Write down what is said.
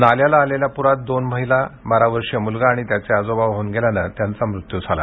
नाल्याला आलेल्या पुरात दोन महिला बारा वर्षीय मुलगा आणि त्याचे आजोबा वाहून गेल्याने त्यांचा मृत्यू झाला